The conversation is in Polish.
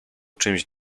czymś